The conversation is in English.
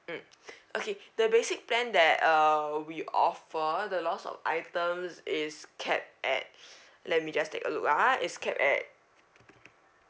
mm okay the basic plan that uh we offer the loss of items is capped at let me just take a look ah is kept at